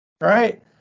right